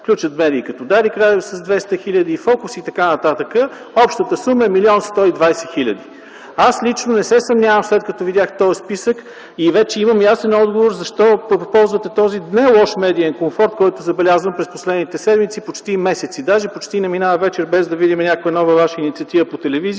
включва медии като „Дарик радио” с 200 хиляди, „Фокус” и т.н. Общата сума е 1 млн. 120 хиляди. Аз лично не се съмнявам, след като видях този списък и вече имам ясен отговор защо ползвате този не лош медиен комфорт, който забелязвам през последните седмици, почти месец. Даже не минава вечер без да видим някоя нова Ваша инициатива по телевизията.